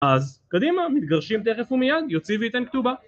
אז קדימה, מתגרשים תכף ומיד, יוציא וייתן כתובה